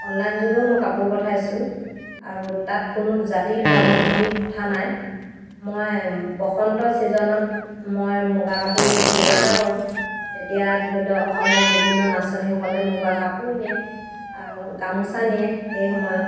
online যোগেও মই কাপোৰ পঠাইছোঁ আৰু তাত কোনো জাতি ধৰ্ম বুলি কথা নাই মই বসন্ত ছিজনত মই মুগা কাপোৰ ব্যৱসায় কৰোঁ তেতিয়া ধৰি লওক অসমৰ বিভিন্ন নাচনীসকলে মোৰপৰা কাপোৰ নিয়ে আৰু গামোচা নিয়ে সেই সময়ত